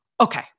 okay